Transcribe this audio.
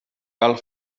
cal